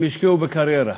הם השקיעו בקריירה,